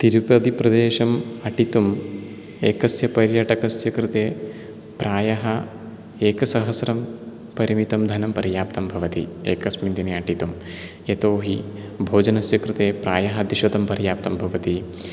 तिरुपतिप्रदेशम् अटितुं एकस्य पर्यटकस्य कृते प्रायः एकसहस्रं परिमितं धनं पर्याप्तं भवति एकस्मिन् दिने अटितुं यतोऽहि भोजनस्य कृते प्रायः द्विशतं पर्याप्तं भवति